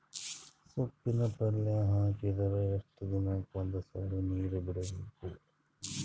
ಸೊಪ್ಪಿನ ಪಲ್ಯ ಹಾಕಿದರ ಎಷ್ಟು ದಿನಕ್ಕ ಒಂದ್ಸರಿ ನೀರು ಬಿಡಬೇಕು?